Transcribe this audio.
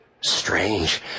Strange